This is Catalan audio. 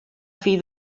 fill